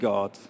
God